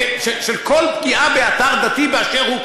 של כל פגיעה באתר דתי באשר הוא,